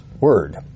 word